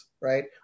Right